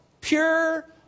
pure